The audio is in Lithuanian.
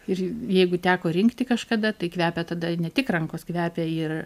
ir jeigu teko rinkti kažkada tai kvepia tada ne tik rankos kvepia ir